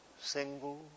single